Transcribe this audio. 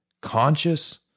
conscious